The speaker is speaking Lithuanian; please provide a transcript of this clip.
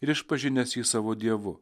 ir išpažinęs jį savo dievu